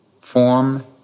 form